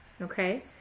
Okay